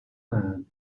man